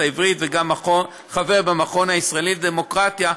העברית וגם חבר במכון הישראלי לדמוקרטיה.